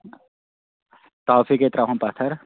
توفیٖق ۂے تراوُن پتھر